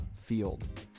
Field